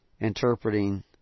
interpreting